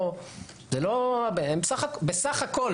הם בסך הכול